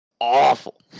awful